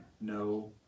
no